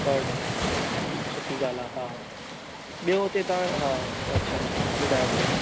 पर डे अच्छा सुठी ॻाल्हि आहे हा ॿियो हुते तव्हां हा अच्छा अच्छा ॿुधायो ॿुधायो